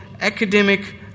academic